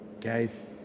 guys